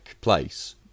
place